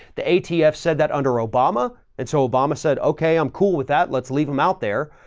the atf said that under obama it's. obama said, okay, i'm cool with that. let's leave them out there,